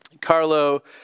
Carlo